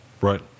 Right